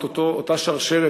אותה שרשרת,